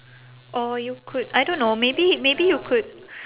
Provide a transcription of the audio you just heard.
or you could I don't know maybe maybe you could